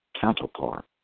counterpart